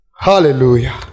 Hallelujah